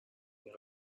این